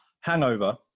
hangover